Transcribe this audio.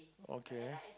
okay